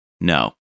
no